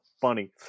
funny